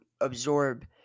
absorb